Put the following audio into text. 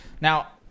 Now